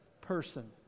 person